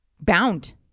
bound